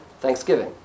Thanksgiving